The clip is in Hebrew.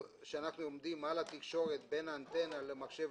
שאנחנו עומדים על התקשורת בין האנטנה למחשב